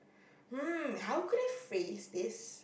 mm how could I phrase this